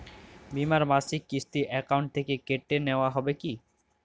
বিমার মাসিক কিস্তি অ্যাকাউন্ট থেকে কেটে নেওয়া হবে কি?